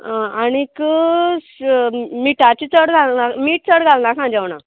आं आनीक शूग मिठाचें चड मीठ चड घालनाका जेवणाक